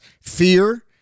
fear